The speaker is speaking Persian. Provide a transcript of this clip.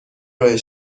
پایین